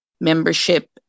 Membership